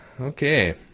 Okay